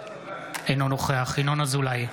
אינו נוכח ינון אזולאי,